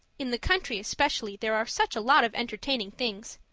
in the country, especially, there are such a lot of entertaining things.